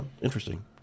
interesting